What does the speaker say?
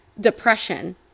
depression